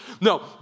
no